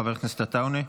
חבר הכנסת עטאונה.